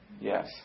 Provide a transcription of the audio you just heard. Yes